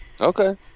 Okay